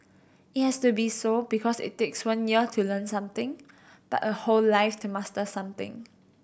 it has to be so because it takes one year to learn something but a whole life to master something